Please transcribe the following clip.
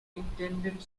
intended